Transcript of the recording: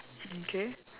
mm K